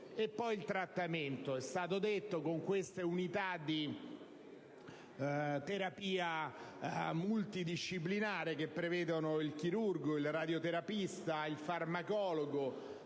il trattamento, si è parlato di unità di terapia multidisciplinare che prevedono il chirurgo, il radioterapista, il farmacologo,